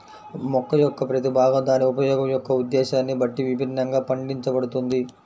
మొక్క యొక్క ప్రతి భాగం దాని ఉపయోగం యొక్క ఉద్దేశ్యాన్ని బట్టి విభిన్నంగా పండించబడుతుంది